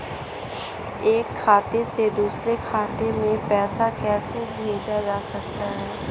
एक खाते से दूसरे खाते में पैसा कैसे भेजा जा सकता है?